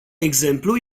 exemplu